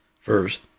First